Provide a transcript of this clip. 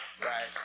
right